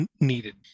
needed